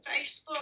facebook